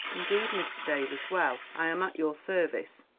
indeed, mr. davies well, i am at your service.